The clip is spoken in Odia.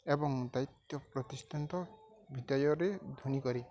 ଏବଂ ଦାୟିତ୍ୱ ପ୍ରତିଷ୍ଠାନ୍ତ ବିଦାୟରେ ଧୂନି କରେ